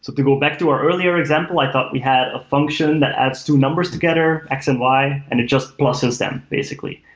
to to go back to our earlier example, i thought we had a function that adds two numbers together, x and y, and it just pluses them basically.